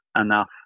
enough